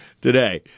today